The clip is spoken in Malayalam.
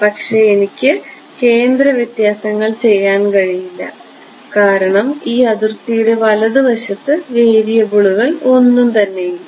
പക്ഷേ എനിക്ക് കേന്ദ്ര വ്യത്യാസങ്ങൾ ചെയ്യാൻ കഴിയില്ല കാരണം ഈ അതിർത്തിയുടെ വലതുവശത്ത് വേരിയബിളുകൾ ഒന്നും ഇല്ല